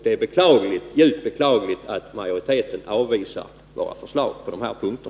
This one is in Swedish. Det är djupt beklagligt att majoriteten avvisar våra förslag på dessa punkter.